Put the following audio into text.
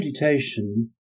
meditation